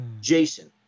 Jason